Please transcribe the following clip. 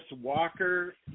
Walker